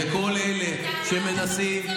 וכל אלה שמנסים,